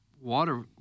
water